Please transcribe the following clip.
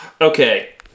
Okay